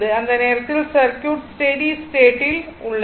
அந்த நேரத்தில் circuit steady state ல் உள்ளது